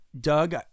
Doug